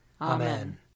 Amen